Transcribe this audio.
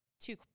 two